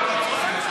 החינוך.